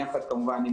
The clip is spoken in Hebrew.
כמובן,